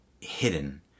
hidden